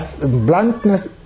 bluntness